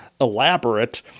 elaborate